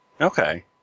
Okay